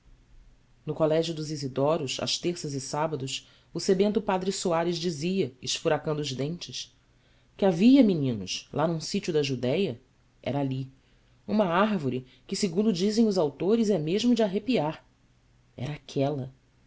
no colégio dos isidoros às terças e sábados o sebento padre soares dizia esfuracando os dentes que havia meninos lá num sitio da judéia era ali uma árvore que segundo dizem os autores é mesmo de arrepiar era aquela